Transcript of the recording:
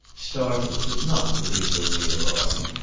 startled but not particularly alarmed.